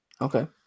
Okay